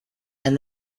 and